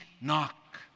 knock